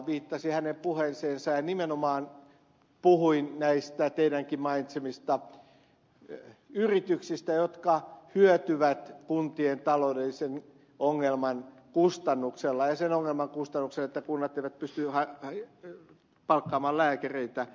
viittasin hänen puheeseensa ja nimenomaan puhuin näistä teidänkin mainitsemistanne yrityksistä jotka hyötyvät kuntien taloudellisen ongelman kustannuksella ja sen ongelman kustannuksella että kunnat eivät pysty palkkaamaan lääkäreitä